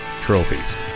trophies